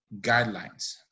guidelines